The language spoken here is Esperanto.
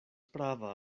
prava